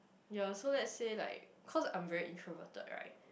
ya so let's say like cause I'm very introverted right